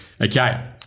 Okay